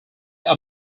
are